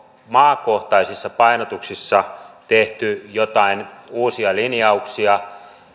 maakohtaisissa painotuksissa tehty joitain uusia linjauksia